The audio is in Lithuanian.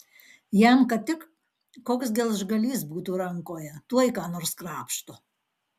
jam kad tik koks gelžgalys būtų rankoje tuoj ką nors krapšto